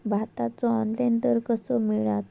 भाताचो ऑनलाइन दर कसो मिळात?